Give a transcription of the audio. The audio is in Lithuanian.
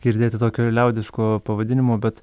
girdėti tokio liaudiško pavadinimo bet